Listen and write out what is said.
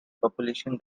population